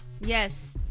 Yes